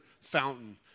fountain